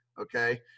Okay